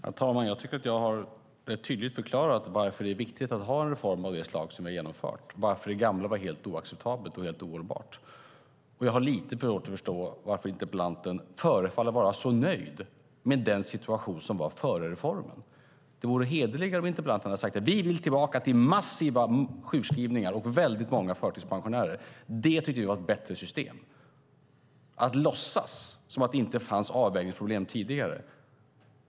Herr talman! Jag tycker att jag tydligt har förklarat varför det är viktigt att ha en reform av det slag som vi har genomfört och varför det gamla var helt oacceptabelt och helt ohållbart. Jag har lite svårt att förstå varför interpellanten förefaller vara så nöjd med den situation som rådde före reformen. Det vore hederligare om interpellanten hade sagt: Vi vill tillbaka till massiva sjukskrivningar och väldigt många förtidspensionärer. Det tycker vi var ett bättre system. Det är helt enkelt oseriöst att låtsas att det inte fanns avvägningsproblem tidigare.